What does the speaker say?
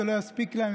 זה לא יספיק להם,